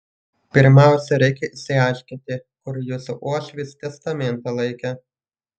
pirmiausia reikia išsiaiškinti kur jūsų uošvis testamentą laikė